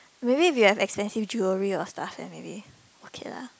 maybe if you have expensive jewellery or stuff then maybe okay lah